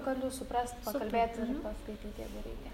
galiu suprast pakalbėt ir paskaityt jeigu reikia